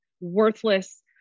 worthless